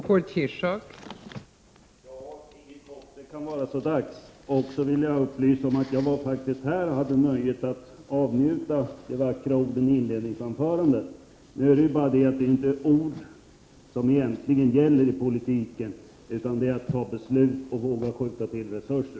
Fru talman! Det kan vara så dags då, Inger Koch. Sedan vill jag upplysa om att jag var här och hade nöjet att avnjuta de vackra orden i Inger Kochs inledningsanförande. Nu är det bara det att det egentligen inte är orden som gäller i politiken, utan det är att fatta beslut och att våga skjuta till resurser.